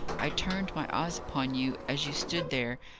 i turned my eyes upon you as you stood there,